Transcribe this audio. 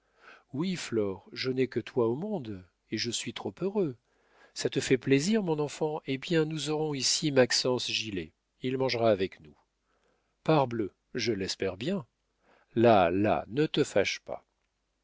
flore je n'ai que toi au monde et je suis trop heureux si ça te fait plaisir mon enfant eh bien nous aurons ici maxence gilet il mangera avec nous parbleu je l'espère bien là là ne te fâche pas